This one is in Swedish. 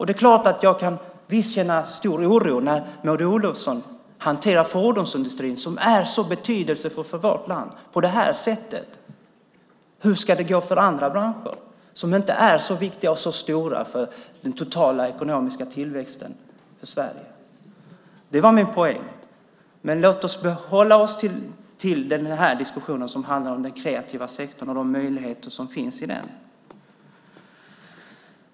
Det är klart att jag kan känna stor oro när Maud Olofsson hanterar fordonsindustrin, som är så betydelsefull för vårt land, på det här sättet. Hur ska det gå för andra branscher som inte är så viktiga och så stora när det gäller den totala ekonomiska tillväxten för Sverige? Det var min poäng. Men låt oss hålla oss till den diskussion som handlar om den kreativa sektorn och de möjligheter som finns i den.